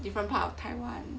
different part of taiwan